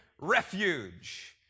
Refuge